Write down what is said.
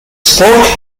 spoke